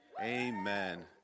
amen